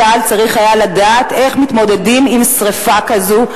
צה"ל צריך היה לדעת איך מתמודדים עם שרפה כזאת,